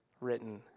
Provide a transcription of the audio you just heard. written